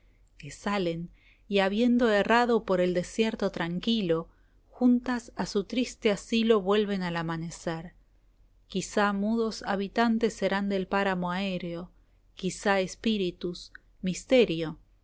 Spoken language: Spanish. que salen y habiendo errado por el desierto tranquilo juntas a su triste asilo vuelven al amanecer quizá mudos habitantes serán del páramo aerio quizá espíritus misterio